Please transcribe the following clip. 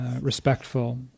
respectful